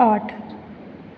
आठ